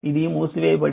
ఇది మూసివేయబడింది